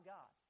God